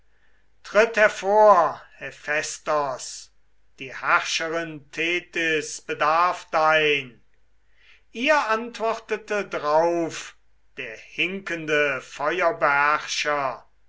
tritt hervor hephästos die herrscherin thetys bedarf dein ihr antwortete drauf der hinkende